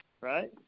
right